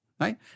right